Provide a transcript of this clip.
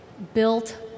built